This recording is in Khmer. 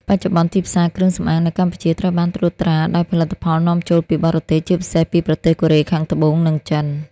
បច្ចុប្បន្ន ទីផ្សារគ្រឿងសម្អាងនៅកម្ពុជាត្រូវបានត្រួតត្រាដោយផលិតផលនាំចូលពីបរទេស ជាពិសេសពីប្រទេសកូរ៉េខាងត្បូង និងចិន។